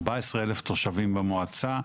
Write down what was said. ארבע עשרה אלף תושבים במועצה,